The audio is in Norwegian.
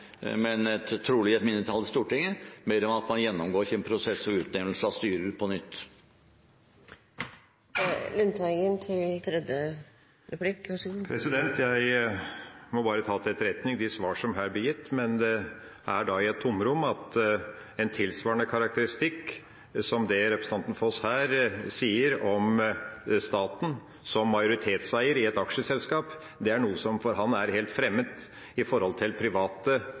trolig et mindretall i Stortinget, ber om at man gjennomgår sin prosess ved utnevnelser av styrer på nytt. Jeg må bare ta til etterretning de svar som her blir gitt. Men det er da i et tomrom at en tilsvarende karakteristikk som det representanten Foss her gir av staten som majoritetseier i et aksjeselskap, er noe som for ham er helt fremmed i forhold til tilsvarende private